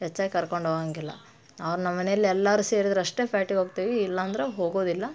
ಹೆಚ್ಚಾಗಿ ಕರ್ಕೊಂಡೋಗೋಂಗಿಲ್ಲ ಅವ್ರು ನಮ್ಮ ಮನೇಲ್ಲಿ ಎಲ್ಲರೂ ಸೇರಿದರಷ್ಟೇ ಪೇಟೆಗ್ ಹೋಗ್ತೇವೆ ಇಲ್ಲಾಂದ್ರೆ ಹೋಗೋದಿಲ್ಲ